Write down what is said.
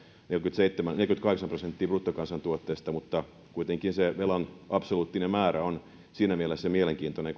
neljääkymmentäkahdeksaa prosenttia bruttokansantuotteesta mutta kuitenkin se velan absoluuttinen määrä on siinä mielessä mielenkiintoinen